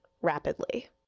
rapidly